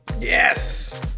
Yes